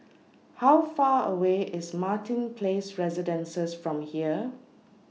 How Far away IS Martin Place Residences from here